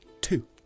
Two